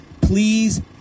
please